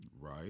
Right